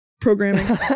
programming